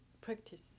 practice